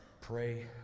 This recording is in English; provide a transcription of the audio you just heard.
pray